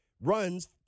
runs